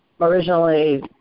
originally